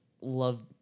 Love